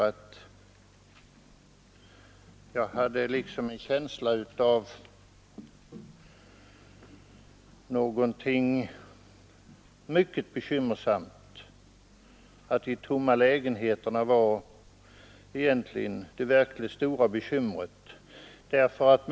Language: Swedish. Jag fick en känsla av att läget var mycket bekymmersamt och att de tomma lägenheterna egentligen var det största bekymret.